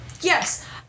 Yes